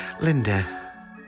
Linda